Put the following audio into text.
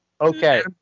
Okay